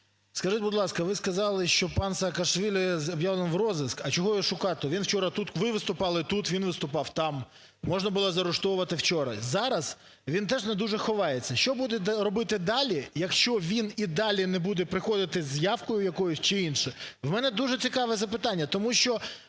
Скажіть, будь ласка, ви сказали, що пан Саакашвілі об'явлено у розиск, а чого його шукати, він вчора тут… ви виступали тут, він виступав там, можна було заарештовувати вчора. Зараз, він теж не дуже ховається, що будете робити далі, якщо він і далі не буде приходити з явкою якоюсь чи інше? У мене дуже цікаве запитання,